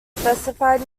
specified